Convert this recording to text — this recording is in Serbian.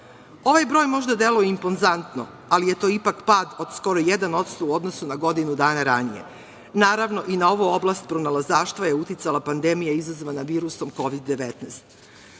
Ovaj broj možda deluje impozantno, ali je to ipak pad od skoro 1% u odnosu na godinu dana ranije. Naravno, i na ovu oblast pronalazaštva je uticala pandemija izazvana virusom Kovid 19.